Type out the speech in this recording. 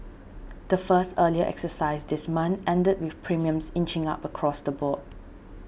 the first earlier exercise this month ended with premiums inching up across the board